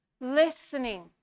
Listening